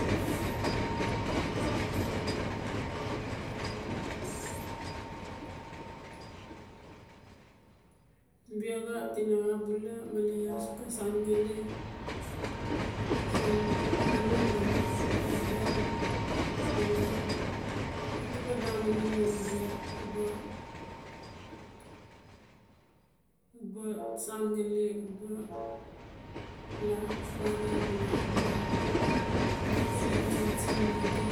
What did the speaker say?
biaxa tinaxa bula male iaa suk xa san ngali siin manmna lan xobel male inaman bia uba-uba san ngali uba laa papare male uba laa atalem tsintsin mi di.